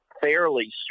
fairly